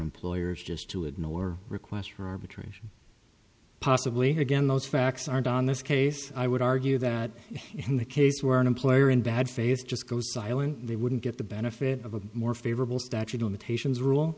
employers just to ignore requests for arbitration possibly again those facts aren't on this case i would argue that in the case where an employer in bad faith just goes silent they wouldn't get the benefit of a more favorable statute limitations rule